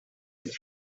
his